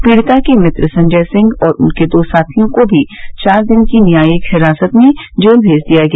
पीड़िता के मित्र संजय सिंह और उसके दो साथियों को भी चार दिन की न्यायिक हिरासत में जेल भेज दिया गया